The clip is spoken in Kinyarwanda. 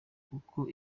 kuko